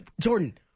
Jordan